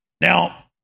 Now